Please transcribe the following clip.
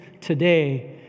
today